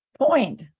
Point